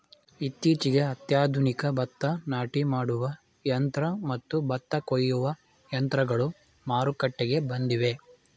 ಇತ್ತೀಚೆಗೆ ಅತ್ಯಾಧುನಿಕ ಭತ್ತ ನಾಟಿ ಮಾಡುವ ಯಂತ್ರ ಮತ್ತು ಭತ್ತ ಕೊಯ್ಯುವ ಯಂತ್ರಗಳು ಮಾರುಕಟ್ಟೆಗೆ ಬಂದಿವೆ